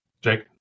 Jake